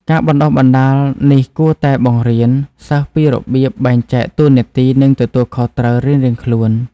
ការបណ្តុះបណ្តាលនេះគួរតែបង្រៀនសិស្សពីរបៀបបែងចែកតួនាទីនិងទទួលខុសត្រូវរៀងៗខ្លួន។